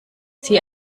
zieh